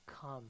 come